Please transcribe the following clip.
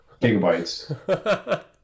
gigabytes